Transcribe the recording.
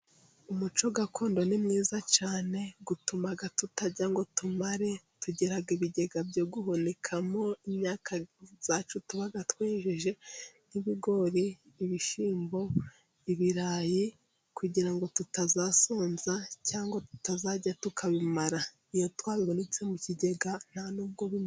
Umuco gakondo ni mwiza cyane, utuma tutarya ngo tumare, tugira ibigega byo guhunikamo imyaka yacu tuba twejeje nk'ibigori, ibishyimbo, ibirayi, kugira ngo tutazasonza cyangwa tutazarya tukabimara. Iyo twahunitse mu kigega nta nubwo bi...